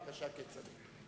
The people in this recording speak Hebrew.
בבקשה, כצל'ה.